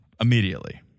immediately